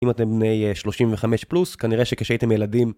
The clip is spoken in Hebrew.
אם אתם בני 35 פלוס, כנראה שכשהייתם ילדים...